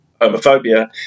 homophobia